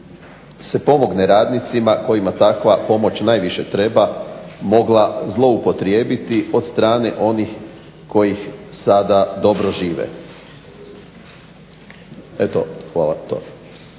se pomogne radnicima kojima takva pomoć najviše treba mogla zloupotrijebiti od strane onih koji dobro žive. Eto, hvala.